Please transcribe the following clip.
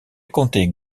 compté